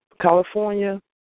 California